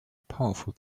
powerful